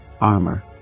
armor